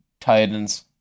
Titans